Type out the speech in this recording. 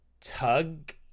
tug